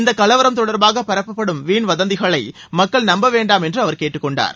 இந்த கலவரம் தொடர்பாக பரப்பப்படும் வீண்வதந்திகளை மக்கள் நம்பவேண்டாம் என்று அவர் கேட்டுக்கொண்டார்